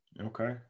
Okay